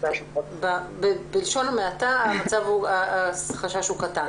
בלשון המעטה, החשש הוא קטן.